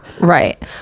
right